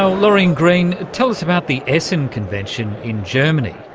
ah lorien green, tell us about the essen convention in germany,